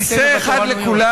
כיסא אחד לכולם.